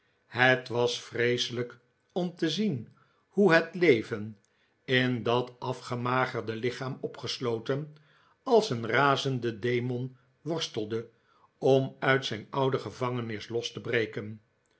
het was vreeselijk ora te zien hoe het leven in dat afgemagerde lichaam opgesloten als een razende demon worstelde om uit zijn oude gevangenis los te breken